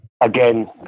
Again